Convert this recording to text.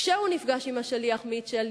כשהוא נפגש עם השליח מיטשל,